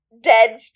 dead